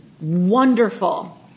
wonderful